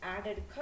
added